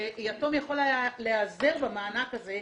כשיתום היה יכול להיעזר במענק הזה,